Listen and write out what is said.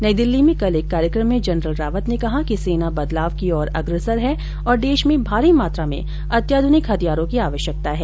नई दिल्ली में कल एक कार्यक्रम में जनरल रावत ने कहा कि सेना बदलाव की ओर अग्रसर है और देश में भारी मात्रा में अत्याध्रनिक हथियारों की आवश्यकता है